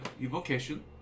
evocation